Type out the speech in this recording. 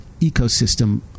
ecosystem